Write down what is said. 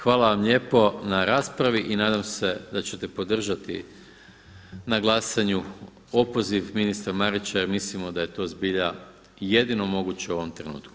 Hvala vam lijepo na raspravi i nadam se da ćete podržati na glasanju opoziv ministra Marića jer mislimo da je to zbilja jedino moguće u ovom trenutku.